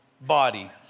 body